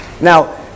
now